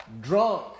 drunk